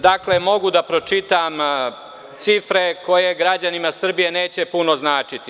Dakle, mogu da pročitam cifre koje građanima Srbije neće puno značiti.